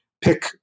pick